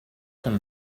term